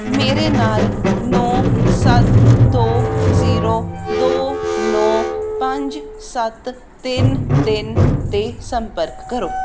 ਮੇਰੇ ਨਾਲ ਨੌ ਸੱਤ ਦੋ ਜ਼ੀਰੋ ਦੋ ਨੌ ਪੰਜ ਸੱਤ ਤਿੰਨ ਤਿੰਨ 'ਤੇ ਸੰਪਰਕ ਕਰੋ